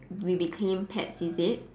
we became pets is it